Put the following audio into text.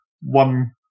One